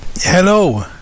Hello